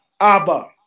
Abba